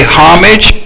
homage